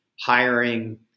hiring